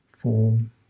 form